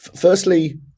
firstly